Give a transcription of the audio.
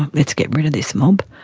let's get rid of this mob.